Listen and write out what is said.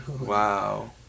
Wow